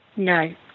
No